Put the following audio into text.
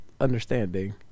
understanding